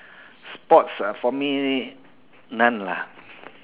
sports ah for me none lah